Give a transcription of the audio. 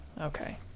Okay